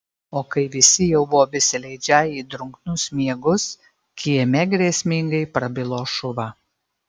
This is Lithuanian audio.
o kai visi jau buvo besileidžią į drungnus miegus kieme grėsmingai prabilo šuva